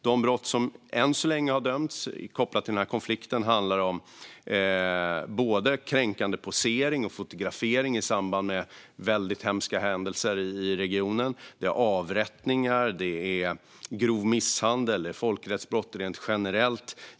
De brott som personer än så länge har dömts för, kopplat till denna konflikt, rör kränkande posering och fotografering i samband med väldigt hemska händelser i regionen samt avrättningar, grov misshandel och folkrättsbrott rent generellt.